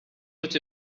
what